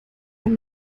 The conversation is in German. ein